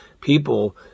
people